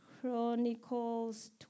Chronicles